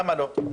למה לא?